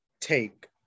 take